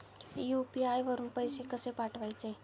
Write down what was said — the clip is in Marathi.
यु.पी.आय वरून पैसे कसे पाठवायचे?